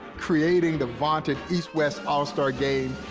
creating the vaunted east-west all-star game,